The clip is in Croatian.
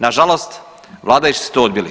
Nažalost vladajući su to odbili.